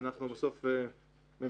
אנחנו בסוף ממשלה.